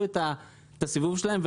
שעשו את הסיבוב שלהם.